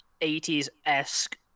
80s-esque